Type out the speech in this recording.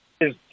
Yes